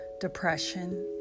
depression